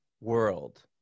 world